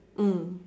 mm